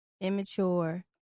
Immature